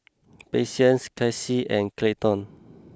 Patience Kasey and Clayton